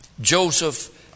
Joseph